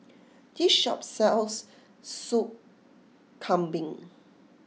this shop sells Sup Kambing